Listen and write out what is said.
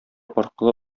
аркылы